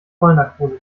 vollnarkose